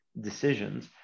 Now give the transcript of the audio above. decisions